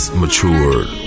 matured